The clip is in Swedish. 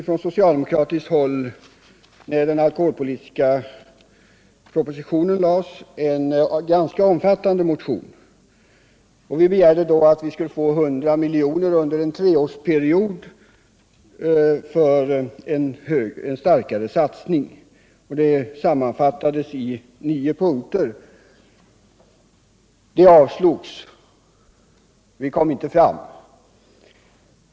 Från socialdemokratiskt håll väckte vi när den alkoholpolitiska propositionen framlades en ganska omfattande motion, och vi begärde då att få 100 miljoner under en treårsperiod för att göra en starkare satsning. Detta sammanfattades i nio punkter, men de avslogs. Vi kom inte fram.